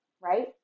right